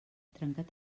trencat